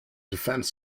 defense